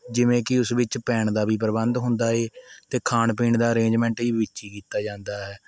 ਜਿਵੇਂ ਕਿ ਉਸ ਵਿੱਚ ਪੈਣ ਦਾ ਵੀ ਪ੍ਰਬੰਧ ਹੁੰਦਾ ਏ ਅਤੇ ਖਾਣ ਪੀਣ ਦਾ ਅਰੇਂਜਮੈਂਟ ਵੀ ਵਿੱਚ ਹੀ ਕੀਤਾ ਜਾਂਦਾ ਹੈ